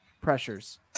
pressures